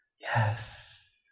yes